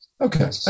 Okay